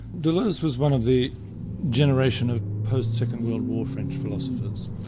deleuze was one of the generation of post second world war french philosophers.